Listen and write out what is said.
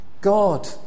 God